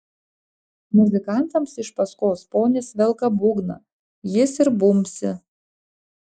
muzikantams iš paskos ponis velka būgną jis ir bumbsi